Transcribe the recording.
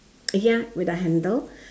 ya with a handle